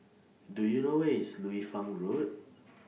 Do YOU know Where IS Liu Fang Road